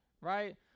Right